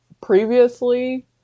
previously